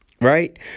Right